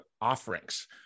offerings